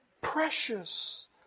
precious